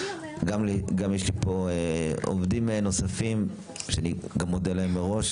גם יש לי פה עובדים נוספים שאני גם אודה להם מראש,